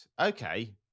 Okay